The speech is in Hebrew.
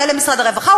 אולי למשרד הרווחה,